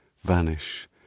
vanish